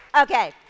Okay